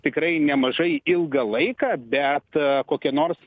tikrai nemažai ilgą laiką bet kokia nors